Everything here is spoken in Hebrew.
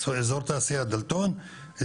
אזור תעשייה דלתון,